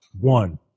one